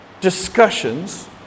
discussions